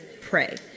pray